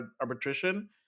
arbitration